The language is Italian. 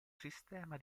sistema